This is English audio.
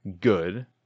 good